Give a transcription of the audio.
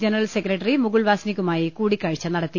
general secretary Mukul വാസ്നിക്കുമായി കൂടിക്കാഴ്ച നടത്തി